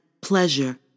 pleasure